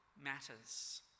matters